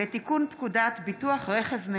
השפיטה (תיקון, הגבלת זכות העמידה),